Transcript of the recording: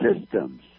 systems